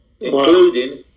Including